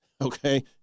okay